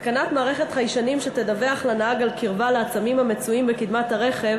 התקנת מערכת חיישנים שתדווח לנהג על קרבה לעצמים המצויים בקרבת הרכב